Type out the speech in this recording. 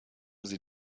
sie